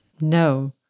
No